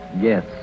Yes